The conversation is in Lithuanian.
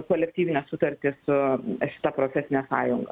kolektyvinę sutartį su šita profesine sąjunga